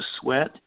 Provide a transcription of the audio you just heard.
sweat